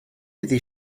iddi